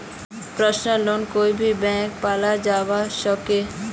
personal loan कोए भी बैंकोत पाल जवा सकोह